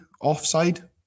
offside